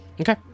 Okay